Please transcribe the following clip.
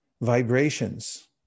vibrations